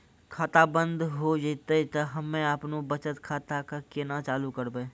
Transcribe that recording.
खाता बंद हो जैतै तऽ हम्मे आपनौ बचत खाता कऽ केना चालू करवै?